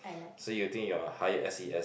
so you think you're high S_E_S